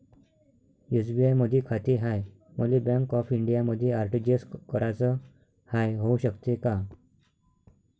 SBI मधी खाते हाय, मले बँक ऑफ इंडियामध्ये आर.टी.जी.एस कराच हाय, होऊ शकते का?